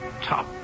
top